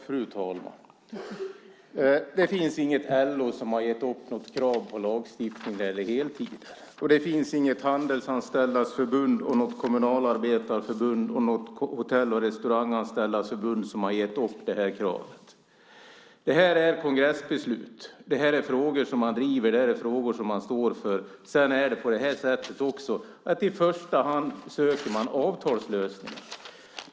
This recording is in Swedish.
Fru talman! LO har inte gett upp något krav på lagstiftning när det gäller heltid. Handelsanställdas förbund, Kommunalarbetarförbundet och Hotell och restauranganställdas förbund har inte gett upp detta krav. Detta är kongressbeslut. Detta är frågor som man driver, frågor som man står för. Sedan är det också så att man i första hand söker avtalslösningar.